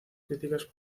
críticas